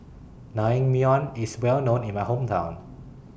Naengmyeon IS Well known in My Hometown